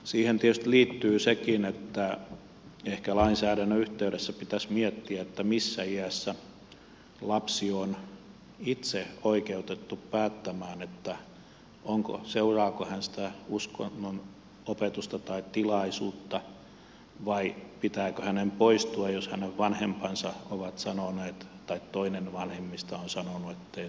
siihen tietysti liittyy sekin että ehkä lainsäädännön yhteydessä pitäisi miettiä missä iässä lapsi on itse oikeutettu päättämään seuraako hän sitä uskonnonopetusta tai tilaisuutta vai pitääkö hänen poistua jos hänen vanhempansa ovat sanoneet tai toinen vanhemmista on sanonut ettei saa osallistua